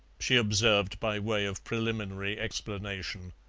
she observed by way of preliminary explanation.